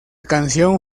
canción